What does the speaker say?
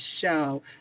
show